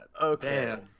Okay